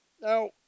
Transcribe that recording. Now